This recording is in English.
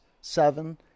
seven